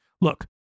Look